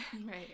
Right